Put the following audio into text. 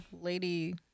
Lady